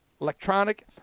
Electronic